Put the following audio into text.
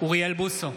אוריאל בוסו,